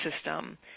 system